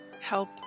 Help